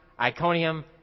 Iconium